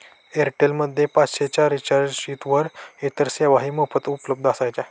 Airtel मध्ये पाचशे च्या रिचार्जवर इतर सेवाही मोफत उपलब्ध असायच्या